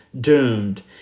doomed